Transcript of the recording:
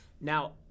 Now